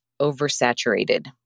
oversaturated